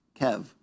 Kev